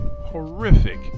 horrific